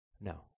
No